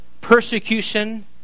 persecution